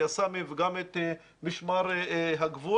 היס"מים וגם את משמר הגבול,